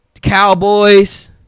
Cowboys